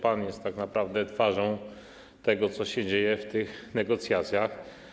Pan jest tak naprawdę twarzą tego, co się dzieje w tych negocjacjach.